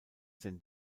san